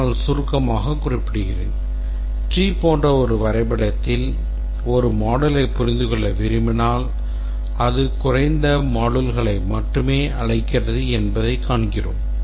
ஆனால் சுருக்கமாக குறிப்பிடுகிறேன் tree போன்ற ஒரு வரைபடத்தில் ஒரு moduleயைப் புரிந்துகொள்ள விரும்பினால் அது குறைந்த modulesகளை மட்டுமே அழைக்கிறது என்பதைக் காண்கிறோம்